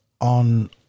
on